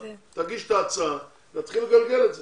תגיש את הצעת החוק ונתחיל לגלגל את זה.